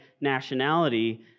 nationality